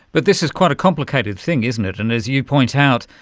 but this is quite a complicated thing, isn't it, and, as you point out,